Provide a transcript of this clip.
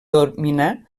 dominar